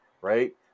right